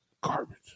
Garbage